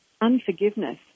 Unforgiveness